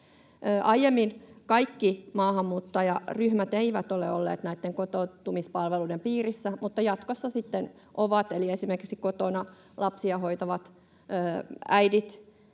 Aiemmin kaikki maahanmuuttajaryhmät eivät ole olleet näiden kotoutumispalveluiden piirissä, mutta jatkossa sitten ovat, eli esimerkiksi kotona lapsia hoitavat äidit